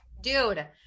dude